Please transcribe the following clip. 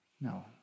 No